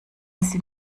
sie